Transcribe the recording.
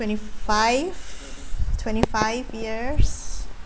twenty five twenty five years